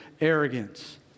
arrogance